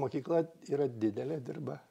mokykla yra didelė dirba